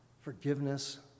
forgiveness